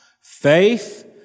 Faith